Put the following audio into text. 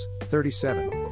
37